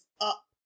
up